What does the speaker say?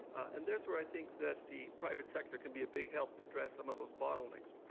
and there's where i think that the private sector can be a big help to address some of those bottlenecks.